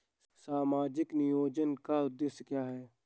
सामाजिक नियोजन का उद्देश्य क्या है?